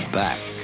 back